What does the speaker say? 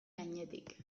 gainetik